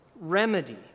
remedy